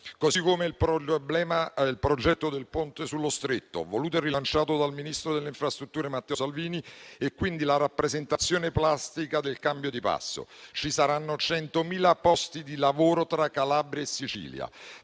Così come il progetto del Ponte sullo Stretto, voluto e rilanciato dal ministro delle infrastrutture Matteo Salvini, è la rappresentazione plastica del cambio di passo. Ci saranno 100.000 posti di lavoro tra Calabria e Sicilia.